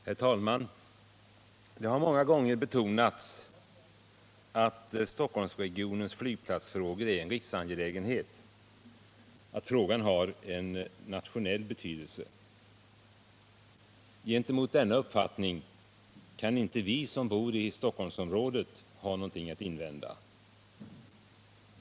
Herr talman! Det har många gånger betonats att Stockholmsregionens flygplatsfrågor är en riksangelägenhet, att frågan har nationell betydelse. Vi som bor i Stockholmsområdet kan inte ha något att invända gentemot denna uppfattning.